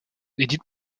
édite